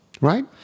right